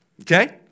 Okay